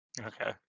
Okay